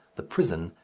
the prison,